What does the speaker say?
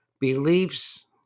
beliefs